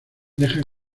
deja